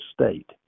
state